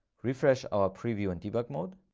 refresh our preview and debug mode.